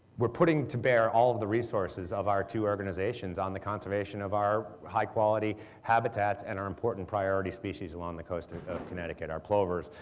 we're putting to bear all of the resources of our two organizations on the conservation of our high quality habitats and our important priority species along the coast of of connecticut our plovers,